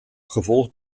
gevolgd